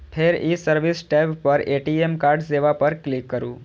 फेर ई service tab पर ए.टी.एम कार्ड सेवा पर क्लिक करू